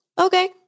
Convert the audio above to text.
Okay